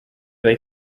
they